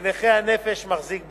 שנכה הנפש מחזיק בהם.